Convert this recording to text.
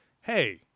hey